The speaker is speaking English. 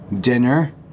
dinner